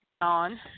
on